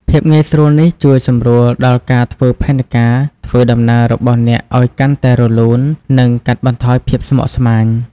ភាពងាយស្រួលនេះជួយសម្រួលដល់ការធ្វើផែនការធ្វើដំណើររបស់អ្នកឱ្យកាន់តែរលូន និងកាត់បន្ថយភាពស្មុគស្មាញ។